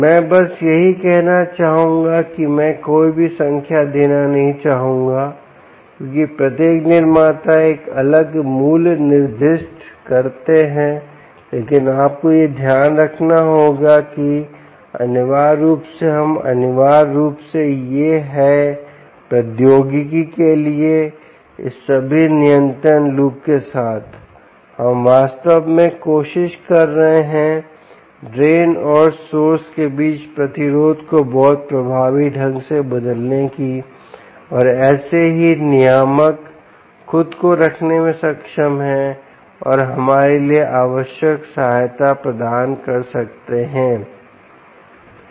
मैं बस यही कहना चाहूंगा कि मैं कोई भी संख्या देना नहीं चाहूंगा क्योंकि प्रत्येक निर्माता एक अलग मूल्य निर्दिष्ट करते हैं लेकिन आपको यह ध्यान रखना होगा कि अनिवार्य रूप से हम अनिवार्य रूप से हैं प्रौद्योगिकी के लिए इस सभी नियंत्रण लूप के साथ हम वास्तव में कोशिश कर रहे हैं ड्रेन और सोर्स के बीच प्रतिरोध को बहुत प्रभावी ढंग से बदलने की और ऐसे ही नियामक खुद को रखने में सक्षम है और हमारे लिए आवश्यक सहायता प्रदान कर सकता है ठीक